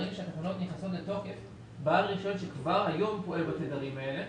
ברגע שהתקנות יכנסו לתוקף בעל רישיון שכבר היום פועל בתדרים האלה,